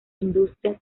industria